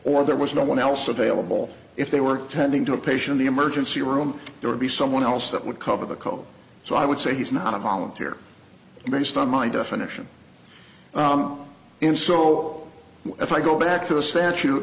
or there was no one else available if they were tending to a patient the emergency room there would be someone else that would cover the co so i would say he's not a volunteer based on my definition in so if i go back to the statute